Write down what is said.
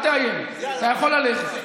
אתה יכול ללכת,